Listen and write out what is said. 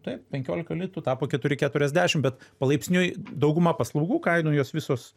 taip penkiolika litų tapo keturi keturiasdešim bet palaipsniui dauguma paslaugų kainų jos visos